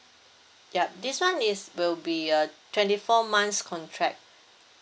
yup this one is will be a twenty four months contract